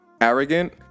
arrogant